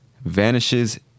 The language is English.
Vanishes